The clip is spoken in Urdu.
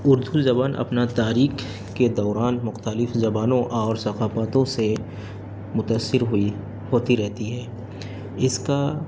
اردو زبان اپنا تاریخ کے دوران مختلف زبانوں اور ثقافتوں سے متاثر ہوئی ہوتی رہتی ہے اس کا